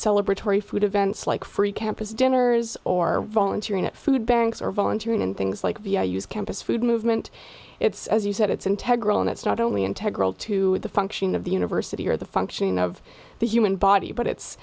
celebratory food events like free campus dinners or volunteering at food banks or volunteering in things like the use campus food movement it's as you said it's integrity and it's not only integrity to the function of the university or the functioning of the human body but it's